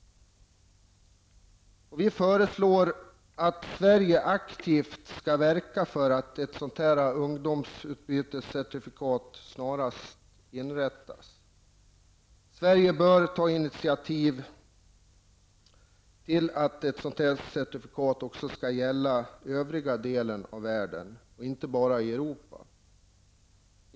Vi föreslår att Sverige aktivt skall verka för att ett sådant ungdomsutbytescertifikat snarast inrättas. Sverige bör ta initiativ till att ett sådant certifikat också skall gälla övriga delar av världen och inte bara i Europa.